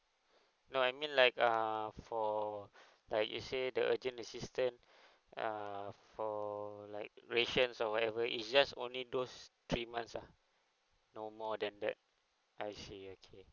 no I mean like err for like you say the urgent assistant err for like rations or whatever is just only those three months ah no more than that I see okay